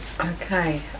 Okay